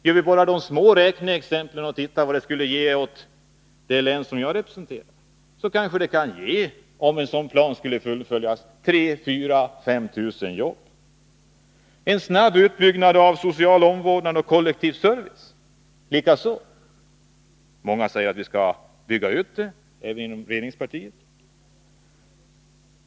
Gör vi bara små räkneexempel och tittar på vad fullföljandet av en sådan plan skulle ge åt det län som jag representerar, finner vi att det kanske kan ge 3 000-5 000 jobb. Det behövs också en snabb utbyggnad av social omvårdnad och kollektiv service. Många — även inom regeringspartiet — säger att det är nödvändigt.